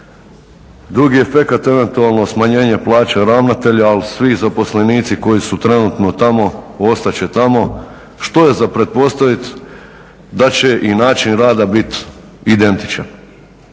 Drugi efekat eventualno smanjenje plaća ravnatelja, ali svi zaposlenici koji su trenutno tamo ostat će tamo što je za pretpostaviti da će i način rada bit identičan.